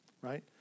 right